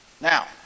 Now